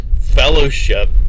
fellowship